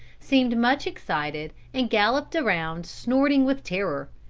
seemed much excited and galloped around snorting with terror.